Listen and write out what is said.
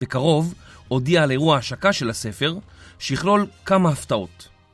בקרוב הודיעה על אירוע ההשקה של הספר, שיכלול כמה הפתעות.